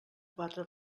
quatre